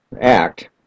Act